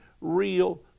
real